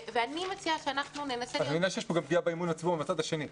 את מבינה שיש פה גם פגיעה באמון הציבור מהצד השני.